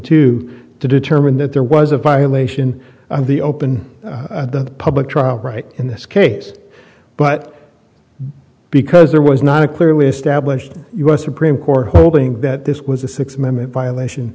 two to determine that there was a violation of the open public trial right in this case but because there was not a clearly established u s supreme court hoping that this was a six minute violation